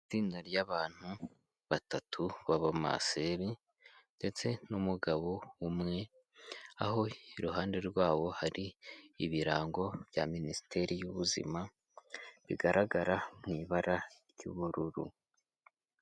Itsinda ry'abantu batatu b'abamaseri ndetse n'umugabo umwe aho iruhande rwabo hari ibirango bya minisiteri y'ubuzima bigaragara mu ibara ry'ubururu.